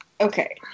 Okay